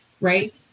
right